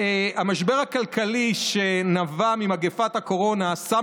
המשבר הכלכלי שנבע ממגפת הקורונה שם